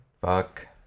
Fuck